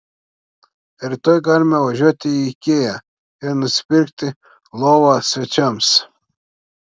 rytoj galime važiuoti į ikea ir nusipirkti lovą svečiams